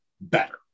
better